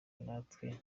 natwe